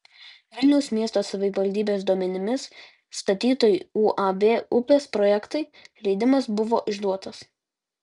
vilniaus miesto savivaldybės duomenimis statytojui uab upės projektai leidimas buvo išduotas